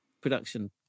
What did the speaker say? production